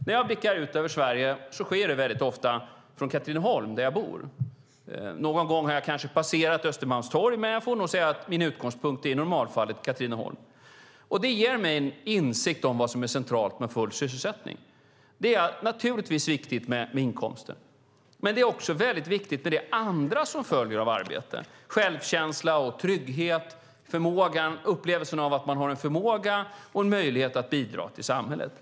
När jag blickar ut över Sverige sker det ofta från Katrineholm, där jag bor. Någon gång har jag kanske passerat Östermalmstorg, men jag får nog säga att min utgångspunkt i normalfallet är Katrineholm. Det ger mig en insikt om vad som är centralt med full sysselsättning. Inkomsten är naturligtvis viktig. Men det andra som följer av arbete är också viktigt: självkänsla, trygghet och upplevelsen av att man har en förmåga och en möjlighet att bidra till samhället.